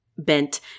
bent